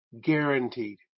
Guaranteed